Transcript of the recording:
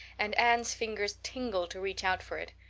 and anne's fingers tingled to reach out for it.